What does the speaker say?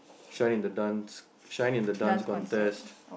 shining the dance shining the Dance Contest